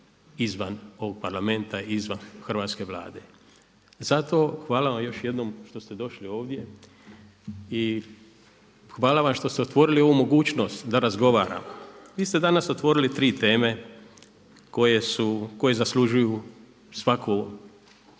izvan ovog Parlamenta i izvan Hrvatske vlade. Zato hvala vam još jednom što ste došli ovdje i hvala vam što ste otvorili ovu mogućnost da razgovaramo. Vi ste danas otvorili tri teme koje zaslužuju svaku,